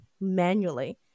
manually